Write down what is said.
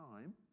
time